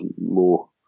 more